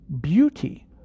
beauty